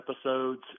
episodes